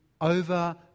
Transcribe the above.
over